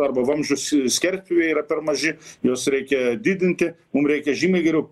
arba vamzdžių s skerspjūviai yra per maži juos reikia didinti mum reikia žymiai geriau